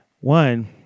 one